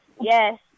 yes